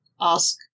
ask